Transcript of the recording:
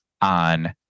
on